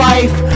Life